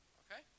okay